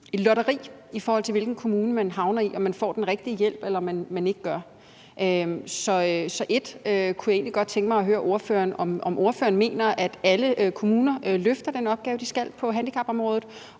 det det – i forhold til hvilken kommune man havner i, og om man får den rigtige hjælp eller man ikke gør. Så jeg kunne egentlig godt tænke mig at høre, om ordføreren mener, at alle kommuner løfter den opgave, de skal, på handicapområdet,